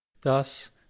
Thus